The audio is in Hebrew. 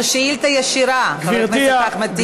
זו שאילתה ישירה, חבר הכנסת אחמד טיבי.